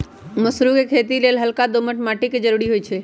मसुरी कें खेति लेल हल्का दोमट माटी के जरूरी होइ छइ